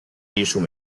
艺术